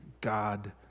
God